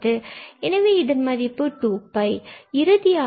எனவே இதன் மதிப்பு 2 ஆகும்